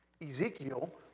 Ezekiel